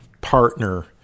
partner